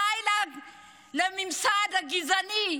די לממסד הגזעני.